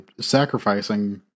sacrificing